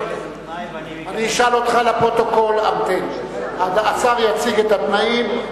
אני אשאל אותך לפרוטוקול: השר יציג את התנאים,